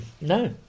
No